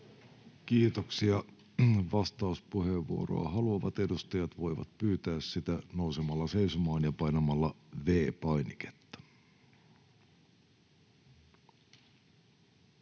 Kiitoksia. — Vastauspuheenvuoroa haluavat edustajat voivat pyytää sitä nousemalla seisomaan ja painamalla V-painiketta.